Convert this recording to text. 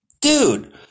Dude